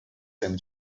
seem